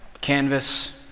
canvas